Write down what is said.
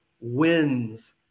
wins